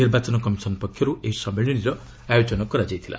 ନିର୍ବାଚନ କମିଶନ ପକ୍ଷରୁ ଏହି ସମ୍ମିଳନୀର ଆୟୋଜନ କରାଯାଇଥିଲା